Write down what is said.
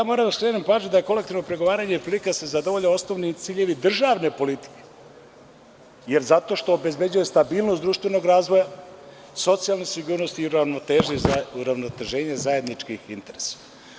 Moram da skrenem pažnju da je kolektivno pregovaranje prilika da se zadovolje osnovni ciljevi državne politike zato što obezbeđuje stabilnost društvenog razvoja, socijalne sigurnosti i ravnoteže za uravnoteženje zajedničkih interesa.